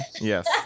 Yes